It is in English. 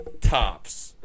Tops